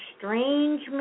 strange